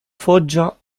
foggia